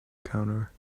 counter